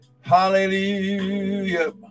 Hallelujah